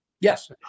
yes